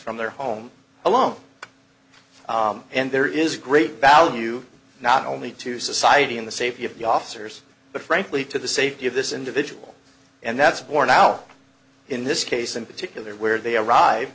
from their home alone and there is great value not only to society in the safety of the officers but frankly to the safety of this individual and that's war now in this case in particular where they arrive